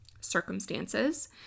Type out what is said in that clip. circumstances